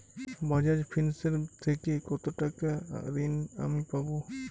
বাজাজ ফিন্সেরভ থেকে কতো টাকা ঋণ আমি পাবো?